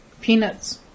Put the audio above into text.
peanuts